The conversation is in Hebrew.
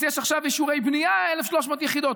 אז יש עכשיו אישורי בנייה, 1,300 יחידות.